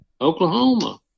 Oklahoma